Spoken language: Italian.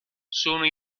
sono